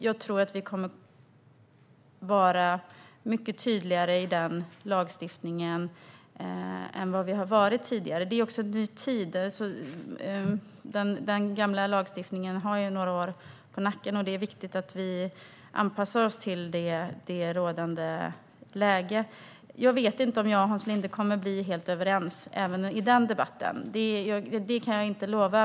Jag tror att vi kommer att vara mycket tydligare i den lagstiftningen än vad vi har varit tidigare. Det är också en ny tid. Den gamla lagstiftningen har ju några år på nacken, och det är viktigt att vi anpassar oss till det rådande läget. Jag kan inte lova att Hans Linde och jag kommer att bli helt överens i den debatten.